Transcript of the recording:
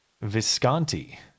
Visconti